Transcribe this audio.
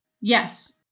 Yes